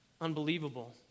unbelievable